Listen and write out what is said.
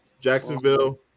Jacksonville